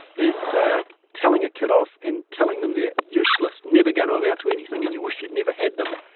is like telling a kid off and telling them they're useless, never going to amount to anything, and you wish you'd never had them,